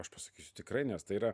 aš pasakysiu tikrai nes tai yra